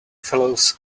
fellows